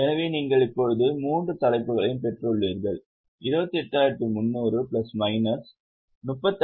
எனவே நீங்கள் இப்போது மூன்று தலைப்புகளையும் பெற்றுள்ளீர்கள் 28300 பிளஸ் மைனஸ் 35600 மற்றும் 9000